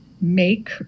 make